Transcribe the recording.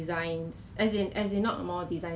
malaysian and she cannot go back to her